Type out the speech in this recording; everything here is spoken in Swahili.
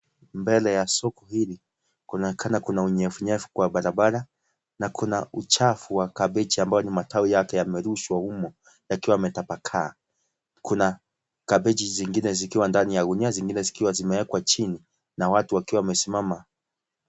Mbele ya soko hili kunaonekana kuna unyevunyevu kwa barabara, na kuna uchafu wa kabeji ambayo ni matawi yake yamerushwa humo yakiwa yametapakaa. Kuna kabeji zingine zikiwa ndani ya gunia zingine zikiwa zimewekwa chini, na watu wakiwa wamesimama.